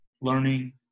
learning